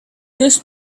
these